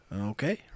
Okay